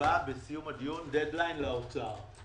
שתקבע בסוף הדיון דד ליין לאוצר.